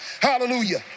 Hallelujah